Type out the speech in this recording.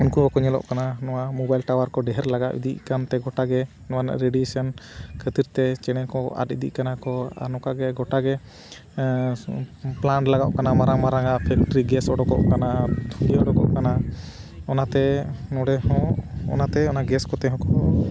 ᱩᱱᱠᱩ ᱦᱚᱸᱠᱚ ᱧᱮᱞᱚᱜ ᱠᱟᱱᱟ ᱱᱚᱣᱟ ᱢᱳᱵᱟᱭᱤᱞ ᱴᱟᱣᱟᱨ ᱠᱚ ᱰᱷᱮᱨ ᱞᱟᱜᱟᱣ ᱤᱫᱤᱜ ᱠᱟᱱᱛᱮ ᱜᱚᱴᱟ ᱜᱮ ᱱᱚᱣᱟ ᱨᱮᱱᱟᱜ ᱨᱮᱰᱤᱭᱮᱥᱮᱱ ᱠᱷᱟᱹᱛᱤᱨ ᱛᱮ ᱪᱮᱬᱮ ᱠᱚ ᱟᱫ ᱤᱫᱤᱜ ᱠᱟᱱᱟ ᱠᱚ ᱟᱨ ᱱᱚᱝᱠᱟ ᱜᱮ ᱜᱚᱴᱟ ᱜᱮ ᱯᱞᱟᱱᱴ ᱞᱟᱜᱟᱜ ᱠᱟᱱᱟ ᱢᱟᱨᱟᱝ ᱢᱟᱨᱟᱝ ᱯᱷᱮᱠᱴᱨᱤ ᱜᱮᱥ ᱚᱰᱚᱠᱚᱜ ᱠᱟᱱᱟ ᱛᱷᱩᱞᱤ ᱩᱰᱩᱠᱚᱜ ᱠᱟᱱᱟ ᱚᱱᱟᱛᱮ ᱱᱚᱰᱮ ᱦᱚᱸ ᱚᱱᱟᱛᱮ ᱚᱱᱟ ᱜᱮᱥ ᱠᱚᱛᱮ ᱦᱚᱸᱠᱚ